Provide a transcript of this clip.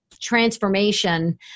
transformation